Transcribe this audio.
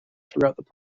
throughout